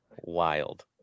wild